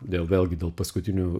dėl vėlgi dėl paskutinių